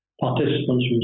participants